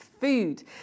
food